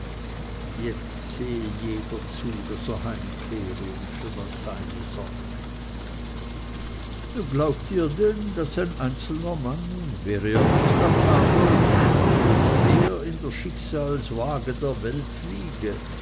jetzt sehe jeder zu daß er heimkehre und für das seine sorge glaubt ihr denn daß ein einzelner mann und wäre er gustav adolf so schwer in der schicksalswaage der welt wiege